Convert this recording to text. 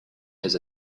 has